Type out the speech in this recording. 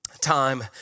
time